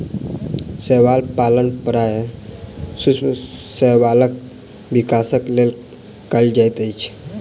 शैवाल पालन प्रायः सूक्ष्म शैवालक विकासक लेल कयल जाइत अछि